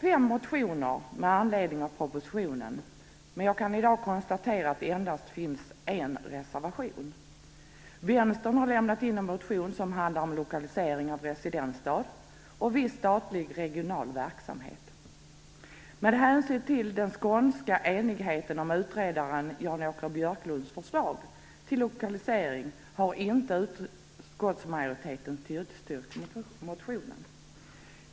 Fem motioner har väckts med anledning av propositionen, men jag kan i dag konstatera att det endast finns en reservation. Vänstern har lämnat in en motion som handlar om lokalisering av residensstad och viss statlig regional verksamhet. Med hänsyn till den skånska enigheten om utredarens, Jan-Åke Björklunds, förslag till lokalisering har utskottsmajoriteten inte tillstyrkt motionen.